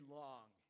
long